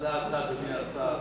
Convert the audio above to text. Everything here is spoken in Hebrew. מה דעתך, אדוני השר,